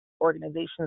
organizations